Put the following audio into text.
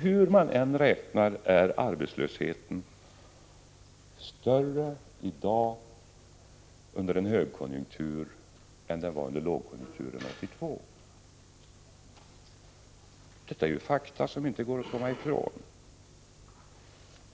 Hur man än räknar är arbetslösheten större i dag under en högkonjunktur än den var under lågkonjunkturen 1982. Detta är fakta som inte går att komma ifrån.